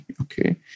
Okay